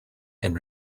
and